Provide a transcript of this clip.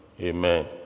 amen